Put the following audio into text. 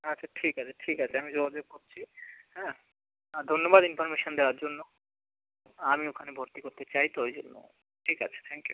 আচ্ছা ঠিক আছে ঠিক আছে আমি যোগাযোগ করছি হ্যাঁ আর ধন্যবাদ ইনফরমেশান দেওয়ার জন্য আমি ওখানে ভর্তি করতে চাই তো ওই জন্য ঠিক আছে থ্যাংক ইউ